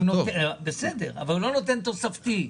הוא לא נותן תוספתי.